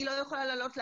היא לא יכולה לעלות לארץ.